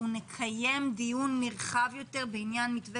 אנחנו נקיים דיון נרחב יותר בעניין מתווה